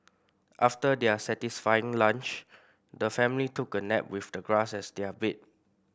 after their satisfying lunch the family took a nap with the grass as their bed